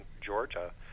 Georgia